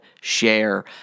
share